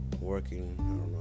working